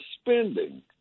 spending